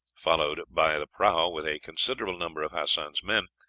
followed by the prahu, with a considerable number of hassan's men,